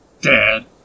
Dad